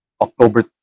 October